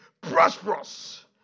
prosperous